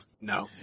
No